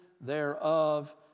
thereof